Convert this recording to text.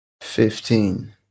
Fifteen